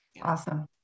Awesome